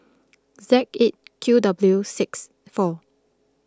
Z eight Q W six four